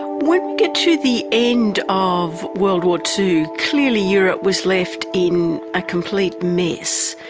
ah we get to the end of world war two, clearly europe was left in a complete mess.